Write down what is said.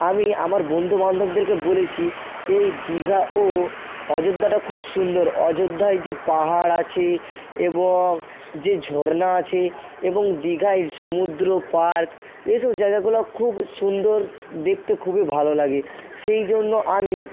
আমি আমার বন্ধু বান্ধবদেরকে বলেছি এই দীঘা ও অযোধ্যাটা খুব সুন্দর অযোধ্যা এই যে পাহাড় আছে এবং যে ঝর্ণা আছে এবং দীঘায় সমুদ্র পার্ক এসব জায়গাগুলো খুব সুন্দর দেখতে খুবই ভালো লাগে সেই জন্য আমি